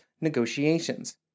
negotiations